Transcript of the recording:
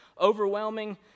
overwhelming